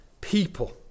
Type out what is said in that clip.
people